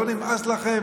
לא נמאס לכם